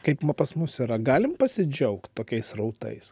kaip na pas mus yra galim pasidžiaugt tokiais srautais